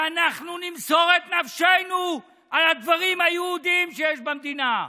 שאנחנו נמסור את נפשנו על הדברים היהודיים שיש במדינה,